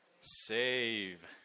Save